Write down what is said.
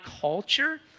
culture